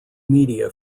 media